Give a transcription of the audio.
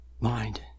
mind